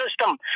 system